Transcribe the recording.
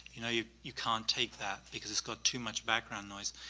you know you you can't tape that because it's got too much background noise,